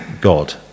God